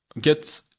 get